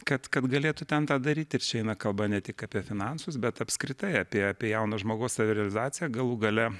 kad kad galėtų ten tą daryti ir čia eina kalba ne tik apie finansus bet apskritai apie apie jauno žmogaus savirealizaciją galų gale